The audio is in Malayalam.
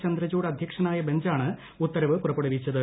ചന്ദ്രചൂഡ് അധ്യക്ഷനായ ബഞ്ചാണ് ഉത്തരവ് പുറപ്പെടുവിച്ചത്